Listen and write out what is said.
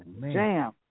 Jam